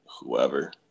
whoever